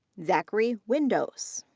zachary windous.